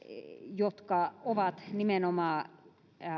jotka ovat nimenomaan